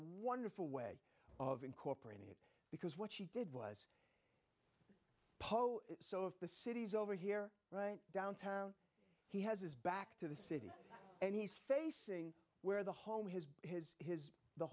wonderful way of incorporating it was what she did was post so if the city's over here right downtown he has his back to the city and he's facing where the home his his his the